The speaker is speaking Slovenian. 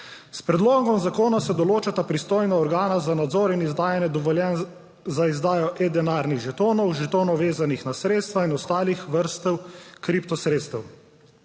S predlogom zakona se določata pristojna organa za nadzor in izdajanje dovoljenj za izdajo e-denarnih žetonov, žetonov, vezanih na sredstva, in ostalih vrst kriptosredstev,